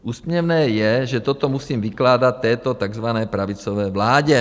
Úsměvné je, že toto musím vykládat této takzvané pravicové vládě.